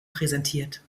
präsentiert